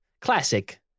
classic